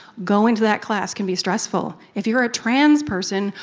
going to that class can be stressful. if you are a trans person,